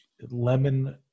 Lemon